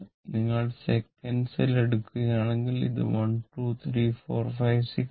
നിങ്ങൾ സെക്കൻഡ്സ് ൽ എടുക്കുകയാണെങ്കിൽ ഇത് 1 2 3 4 5 6 ആണ്